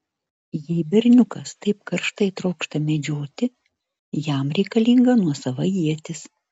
jeigu berniukas taip karštai trokšta medžioti jam reikalinga nuosava ietis